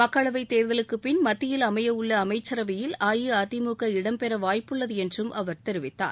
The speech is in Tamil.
மக்களவைத் தேர்தலுக்குப் பின் மத்தியில் அமைய உள்ள அமைச்சரவையில் அஇஅதிமுக இடம் பெற வாய்ப்புள்ளது என்றும் அவர் தெரிவித்தார்